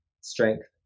strength